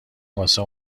واسه